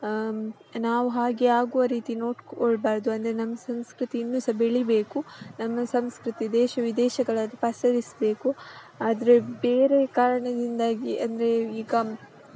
ನಾವು ಹಾಗೆ ಆಗುವ ರೀತಿ ನೋಡ್ಕೊಳ್ಬಾರ್ದು ಅಂದರೆ ನಮ್ಮ ಸಂಸ್ಕೃತಿ ಇನ್ನು ಸಹ ಬೆಳೀಬೇಕು ನಮ್ಮ ಸಂಸ್ಕೃತಿ ದೇಶ ವಿದೇಶಗಳನ್ನು ಪಸರಿಸಬೇಕು ಆದರೆ ಬೇರೆ ಕಾರಣದಿಂದಾಗಿ ಅಂದರೆ ಈಗ